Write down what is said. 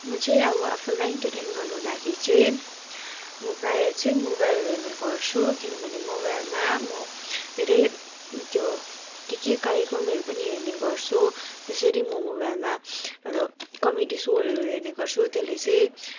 म चाहिँ अब आफूलाई इन्टरटेन गर्नु लागि चाहिँ म प्रायः चाहिँ मोबाइल हेर्ने गर्छु किनभने मोबाइलमा म धेरै त्यो के के कार्यक्रमहरू पनि हेर्ने गर्छु जसरी म मोबाइलमा कमेडी सोहरू हेर्ने गर्छु त्यसले चाहिँ